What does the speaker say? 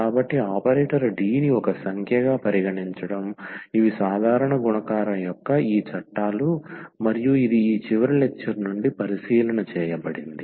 కాబట్టి operator D ని ఒక సంఖ్యగా పరిగణించడం ఇవి సాధారణ గుణకారం యొక్క ఈ చట్టాలు మరియు ఇది చివరి లెక్చర్ నుండి పరిశీలన చేయబడింది